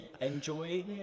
enjoy